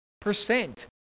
percent